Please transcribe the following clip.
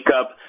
up